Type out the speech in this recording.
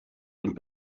und